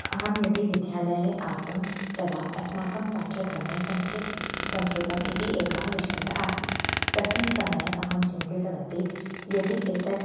अहं यदि विद्यालये आसं तदा अस्माकं पाठ्यक्रमे संस्कृतं संस्कृतम् इति एकः विषयः आसीत् तस्मिन् समये अहं चिन्तितवती यदि एतत्